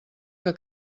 que